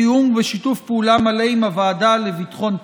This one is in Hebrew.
בתיאום ושיתוף פעולה מלא עם הוועדה לביטחון פנים.